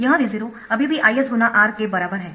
यह V0 अभी भी Is × R के बराबर है